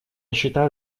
считаю